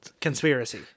Conspiracy